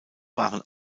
waren